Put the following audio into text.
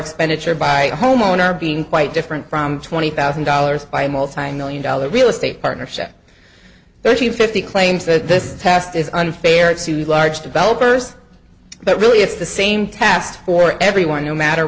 expenditure by a homeowner being quite different from twenty thousand dollars by a multimillion dollar real estate partnership there are fifty claims that this test is unfair it sued large developers but really it's the same task for everyone no matter